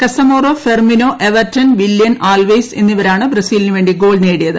Casemiro Firmino Everton Willian Alves എന്നിവരാണ് ബ്രസീലിനുവേണ്ടി goal നേടിയത്